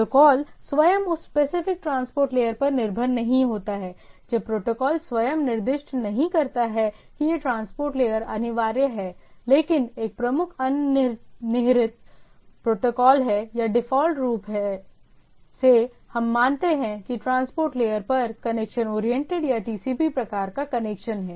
protocol स्वयं उस specific transport layer पर निर्भर नहीं होता है जब प्रोटोकॉल स्वयं निर्दिष्ट नहीं करता है कि यह ट्रांसपोर्ट लेयर अनिवार्य है लेकिन एक प्रमुख अंतर्निहित प्रोटोकॉल है या डिफ़ॉल्ट रूप से हम मानते हैं कि ट्रांसपोर्ट लेयर पर कनेक्शन ओरिएंटेड या टीसीपी प्रकार का कनेक्शन है